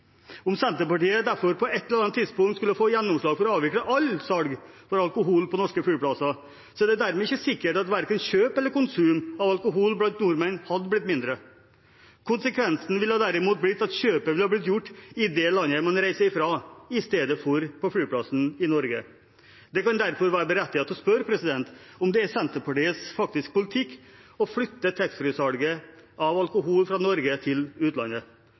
Om Senterpartiet derfor på et eller annet tidspunkt skulle få gjennomslag for å avvikle alt salg av alkohol på norske flyplasser, er det dermed ikke sikkert at verken kjøp eller konsum av alkohol blant nordmenn hadde blitt mindre. Konsekvensen ville derimot blitt at kjøpet ville blitt gjort i landet man reiser fra, i stedet for på flyplassen i Norge. Det kan derfor være berettiget å spørre om det er Senterpartiets faktiske politikk å flytte taxfree-salget av alkohol fra Norge til utlandet.